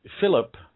Philip